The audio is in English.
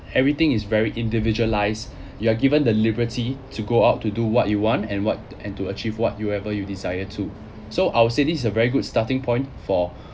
everything is very individualised you're given the liberty to go out to do what you want and what and to achieve what you ever you desire to so I would say this is a very good starting point for